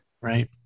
Right